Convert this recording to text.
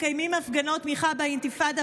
מקיימים הפגנות תמיכה באינתיפאדה,